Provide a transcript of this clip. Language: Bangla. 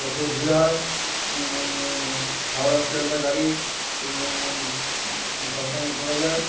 প্রচুর ভিড় হয় হাওড়ার শিয়ালদহ গাড়ি সব সময় পওয়া যায়